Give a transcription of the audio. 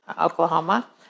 Oklahoma